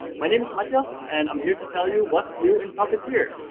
my name is mathias. and i'm here to tell you what's new in puppeteer.